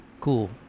cool